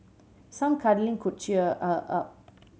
some cuddling could cheer her up